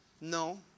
No